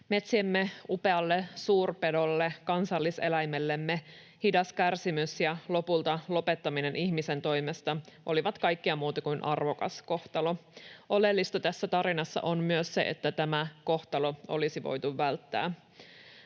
Metsiemme upealle suurpedolle, kansalliseläimellemme hidas kärsimys ja lopulta lopettaminen ihmisen toimesta olivat kaikkea muuta kuin arvokas kohtalo. Oleellista tässä tarinassa on myös se, että tämä kohtalo olisi voitu välttää.